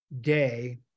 Day